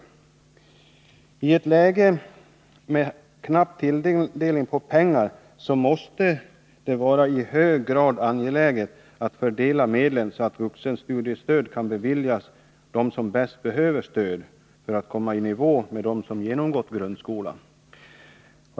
I ett läge med knapp medelstilldelning måste det vara i hög grad angeläget att fördela medlen så att vuxenstudiestöd beviljas dem som bäst behöver det för att komma i nivå med dem som genomgått grundskola.